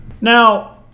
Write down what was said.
Now